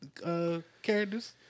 characters